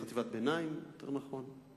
בחטיבת הביניים, יותר נכון.